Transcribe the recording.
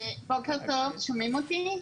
בוקר טוב, שומעים אותי?